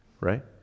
right